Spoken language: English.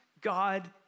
God